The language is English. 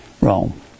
Rome